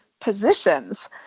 positions